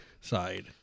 side